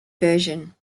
version